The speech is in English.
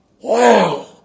Wow